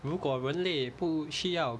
如果人类不需要